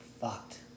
fucked